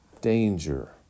danger